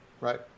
Right